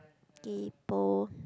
kaypoh